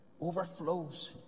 overflows